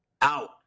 out